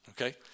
okay